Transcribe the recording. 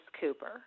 Cooper